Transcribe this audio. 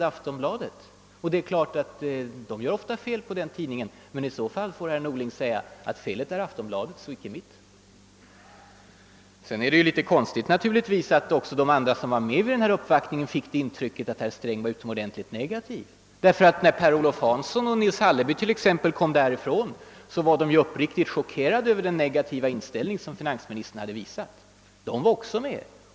Aftonbladet gör naturligtvis ofta fel. Men i så fall får herr Norling också säga att felet är Aftonbladets och inte mitt. Sedan är det naturligtvis litet konstigt att även de övriga som deltog i uppvaktningen fick intrycket att herr Sträng var utomordentligt negativ. När t.ex. Per-Olof Hanson och Nils Hallerby kom därifrån var de uppriktigt chockerade över den negativa inställning som finansministern hade visat.